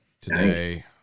Today